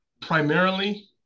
primarily